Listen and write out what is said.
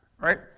Right